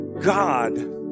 God